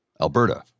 Alberta